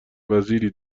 وزیری